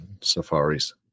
safaris